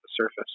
surface